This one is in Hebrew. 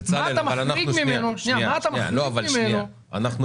מה אתה מחריג ממנו זה בִּילְד אִין,